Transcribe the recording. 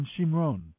Shimron